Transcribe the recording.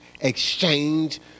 exchange